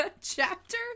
chapter